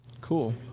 cool